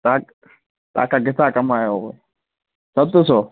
त तव्हांखां केतिरा कमायो सत सौ